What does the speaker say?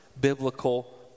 biblical